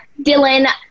Dylan